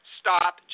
stop